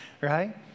right